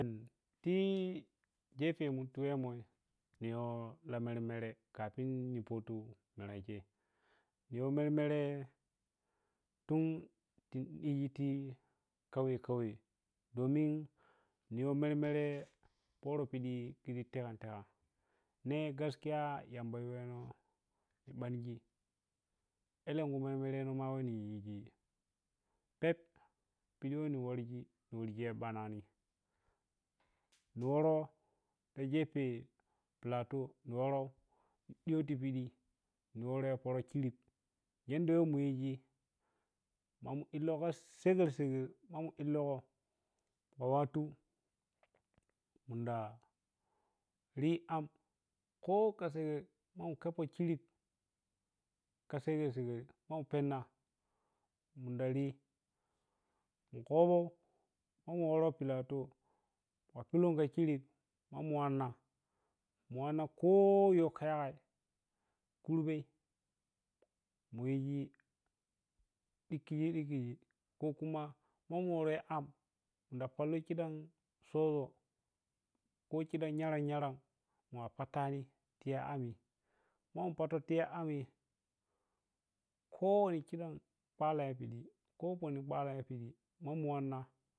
Ti gefemun tiwe mum niyo mermere kafin ni soto nerseh niyo mermere tun ti ɗigeh kauye kauye domin niyo mermere piyo piɗi tiɓi taha-taha ne gaskiya yamba yoh momo alenkhu mermere noh wa ngi pep fiyo ni wargi-wargi ɓalanih ni woro ta gepe plateau ni woro ɗiyo ti piɗi ni woro pirə ti kiri yanda wai mu yiji ma mu illesho segeh segeh ma mu illegho ma wattu munda ri am kho kha segeh ma mu khapo khirip kha segeh-segeh ma mu penna munda ri ni khobo ma mu woro plateay wa pilonga kirip ma mu wanna,- mu wanna kho khayi woh yasai kurbe muyiji dikhi yiji yi kho khuma ma mu woro am munda pallu khidam soʒoh kho khidam yaram-yaram muwa patanim tiya am ue ma mu tiya am ye kho wani kiran palayi pidi kho wani palayi piɗi ma mu awanma.